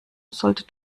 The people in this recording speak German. sollte